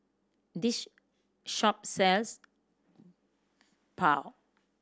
this shop sells Pho